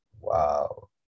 wow